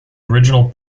original